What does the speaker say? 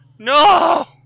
No